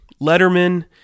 Letterman